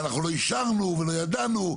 אבל אנחנו לא אישרנו ולא ידענו,